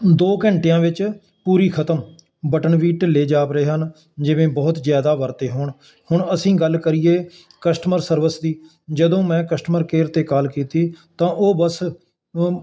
ਦੋ ਘੰਟਿਆਂ ਵਿੱਚ ਪੂਰੀ ਖਤਮ ਬਟਨ ਵੀ ਢਿੱਲੇ ਜਾਪ ਰਹੇ ਹਨ ਜਿਵੇਂ ਬਹੁਤ ਜ਼ਿਆਦਾ ਵਰਤੇ ਹੋਣ ਹੁਣ ਅਸੀਂ ਗੱਲ ਕਰੀਏ ਕਸਟਮਰ ਸਰਵਿਸ ਦੀ ਜਦੋਂ ਮੈਂ ਕਸਟਮਰ ਕੇਅਰ 'ਤੇ ਕਾਲ ਕੀਤੀ ਤਾਂ ਉਹ ਬਸ